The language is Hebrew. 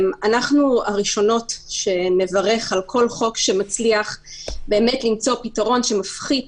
אנחנו הראשונות שנברך על כל חוק שמצליח למצוא פתרון שמפחית